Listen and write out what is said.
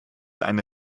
eine